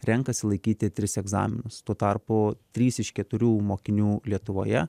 renkasi laikyti tris egzaminus tuo tarpu trys iš keturių mokinių lietuvoje